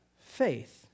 faith